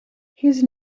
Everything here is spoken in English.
his